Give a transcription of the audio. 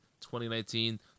2019